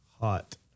hot